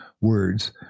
words